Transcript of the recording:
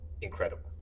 Incredible